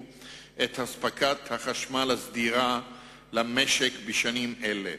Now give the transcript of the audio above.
את אספקת החשמל הסדירה למשק בשנים אלה.